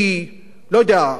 לא יודע,